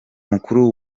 mukuru